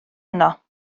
yno